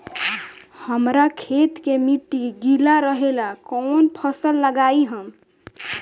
हमरा खेत के मिट्टी गीला रहेला कवन फसल लगाई हम?